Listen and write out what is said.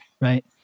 right